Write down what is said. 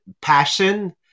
passion